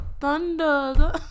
Thunder